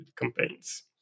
campaigns